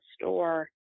store